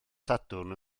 sadwrn